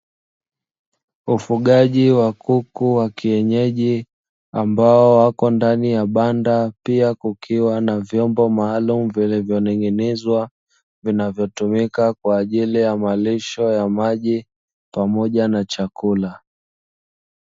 Ufugaji wa kuku wa kienyeji ambao wako ndani ya banda, pia kukiwa na vyombo maalumu vilivyoning'inizwa, vinavyotumika kwa ajili ya malisho ya maji pamoja na chakula.